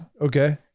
Okay